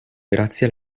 grazie